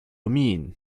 mean